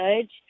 judge